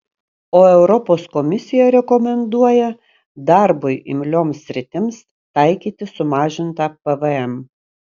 o europos komisija rekomenduoja darbui imlioms sritims taikyti sumažintą pvm